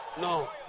No